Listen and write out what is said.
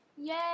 Yay